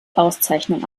auszeichnung